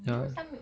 ya